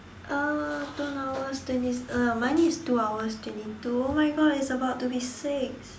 uh two hours uh mine is two hours twenty two oh my god it's about to be six